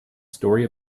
story